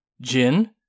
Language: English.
Jin